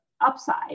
upside